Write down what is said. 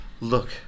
look